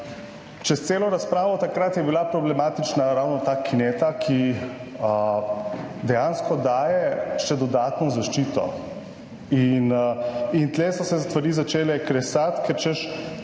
čez celo razpravo takrat je bila problematična ravno ta kineta, ki dejansko daje še dodatno zaščito in tukaj so se stvari začele kresati, ker češ,